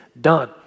done